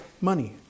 money